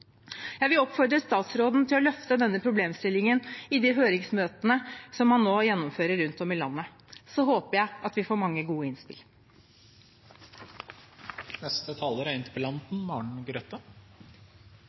Jeg vil oppfordre statsråden til å løfte denne problemstillingen i de høringsmøtene som man nå gjennomfører rundt om i landet. Så håper jeg at vi får mange gode